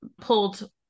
pulled